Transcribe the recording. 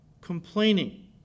complaining